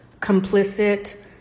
complicit